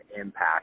impact